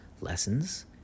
lessons